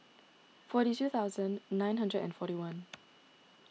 forty two thousand nine hundred and forty one